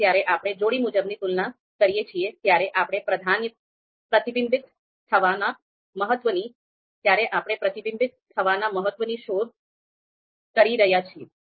તેથી જ્યારે આપણે જોડી મુજબની તુલના કરીએ છીએ ત્યારે આપણે પ્રતિબિંબિત થવાના મહત્વની શોધ કરી રહ્યા છીએ